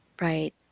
Right